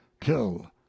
kill